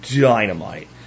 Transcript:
dynamite